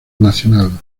nacional